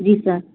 جی سر